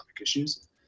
issues